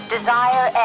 Desire